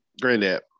Granddad